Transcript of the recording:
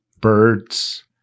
Birds